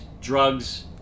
drugs